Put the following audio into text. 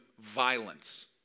violence